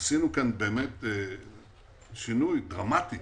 עשינו כאן באמת שינוי דרמטי